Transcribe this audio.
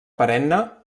perenne